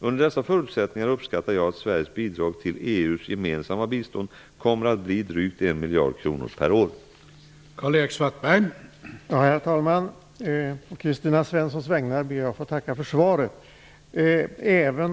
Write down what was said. Under dessa förutsättningar uppskattar jag att Sveriges bidrag till EU:s gemensamma bistånd kommer att bli drygt Då Kristina Svensson, som framställt frågan, anmält att hon var förhindrad att närvara vid sammanträdet, medgav tredje vice talmannen att